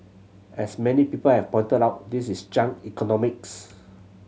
as many people have pointed out this is junk economics